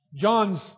John's